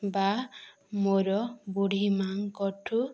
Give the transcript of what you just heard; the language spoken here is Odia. ବା ମୋର ବୁଢ଼ୀ ମା'ଙ୍କ ଠୁ